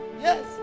Yes